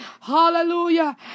Hallelujah